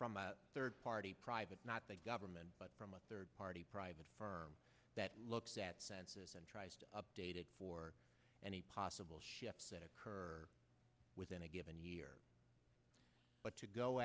from a third party private not the government but from a third party private firm that looks at census and tries to update it for any possible ships that occur within a given here but to go